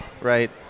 right